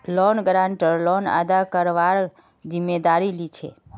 loan guarantor loan अदा करवार जिम्मेदारी लीछे